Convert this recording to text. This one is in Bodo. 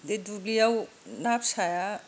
बे दुब्लियाव ना फिसाया